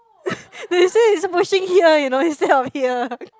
they say is pushing here you know instead of here